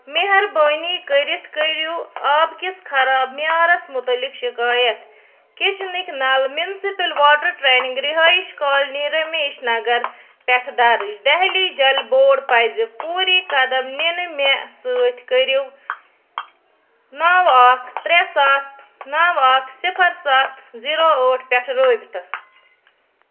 مہربٲنی کٔرِتھ کٔرِو آب کِس خراب معیارس متعلق شِکایت کِچنٕکۍ نَل مِنسِپٕل واٹر ٹرٛینِنٛگ رِہٲیِش کالنی رمیشنگر پٮ۪ٹھٕ درچ دہلی جل بوڈ پَزِ فوٗری قدم نِنہٕ مےٚ سۭتۍ کٔرِو نَو اَکھ ترٛےٚ سَتھ نَو اَکھ صفر سَتھ زیٖرو ٲٹھ پٮ۪ٹھ رٲبطہٕ